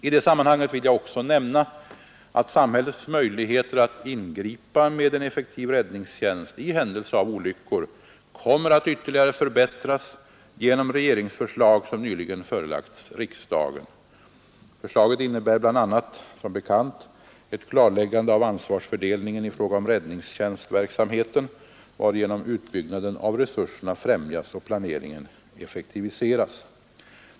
I detta sammanhang vill jag också nämna att samhällets möjligheter att ingripa med en effektiv räddningstjänst i händelse av olyckor kommer ytterligare att förbättras genom regeringsförslag som nyligen förelagts riksdagen. Förslaget innebär bl.a. som bekant ett klarläggande av ansvarsfördelningen i fråga om räddningstjänstverksamheten, varigenom utbyggnaden av resurserna främjas och planeringen effektiviseras.